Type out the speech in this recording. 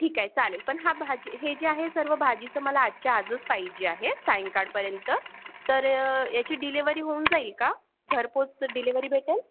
ठीक आहे चालेल पण हा भाजी हे जे आहे सर्व भाजीचं मला आजच्या आजच पाहिजे आहे सायंकाळपर्यंत तर याची डिलेवरी होऊन जाईल का घरपोच डिलेवरी भेटेल